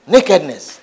Nakedness